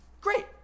Great